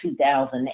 2008